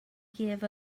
give